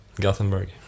Gothenburg